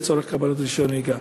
לצורך קבלת רישיון נהיגה.